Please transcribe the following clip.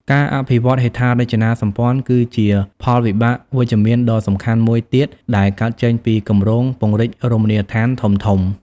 ការអភិវឌ្ឍហេដ្ឋារចនាសម្ព័ន្ធ គឺជាផលវិបាកវិជ្ជមានដ៏សំខាន់មួយទៀត ដែលកើតចេញពីគម្រោងពង្រីករមណីយដ្ឋានធំៗ។